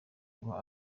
kuba